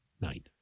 Night